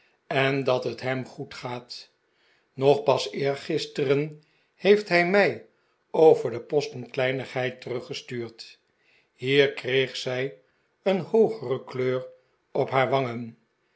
en dat het hem goed gaat nog pas gisteren heeft hij mij over de post een kleinigheid teruggestuurd hier kreeg zij een hoogere kleur op haar wangen